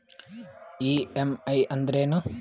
EMI ಅಂದ್ರೇನು?